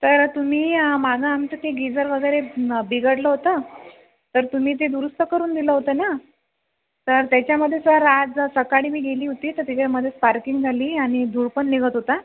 तर तुम्ही माझा आमचं ते गिजर वगैरे बिघडलं होतं तर तुम्ही ते दुरुस्त करून दिलं होतं ना तर त्याच्यामध्ये सर आज सकाळी मी गेली होती तर त्याच्यामध्ये स्पार्किंग झाली आणि धूर पण निघत होता